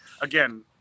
again